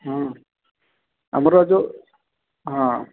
ହଁ ଆମର ଯେଉଁ ହଁ